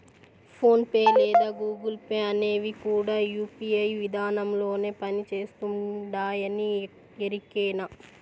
phone pay లేదా Google Pay అనేవి కూడా యూ.పీ.ఐ విదానంలోనే పని చేస్తుండాయని ఎరికేనా